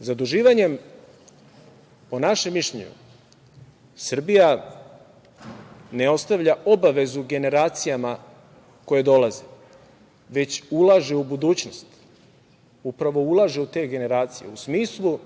Zaduživanjem, po našem mišljenju, Srbija ne ostavlja obavezu generacijama koje dolaze, već ulaže u budućnost, upravo ulaže u te generacije, u smislu